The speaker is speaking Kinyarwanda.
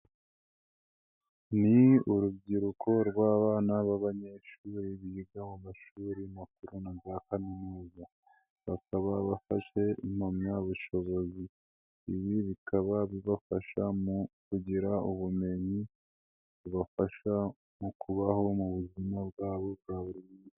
Ni urubyiruko rw'abana b'abanyeshuri biga mu mashuri makuru na za kaminuza, bakaba bafashe impamyabushobozi. Ibi bikaba bibafasha mu kugira ubumenyi bubafasha mu kubaho mu buzima bwabo bwa buri munsi.